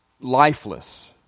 lifeless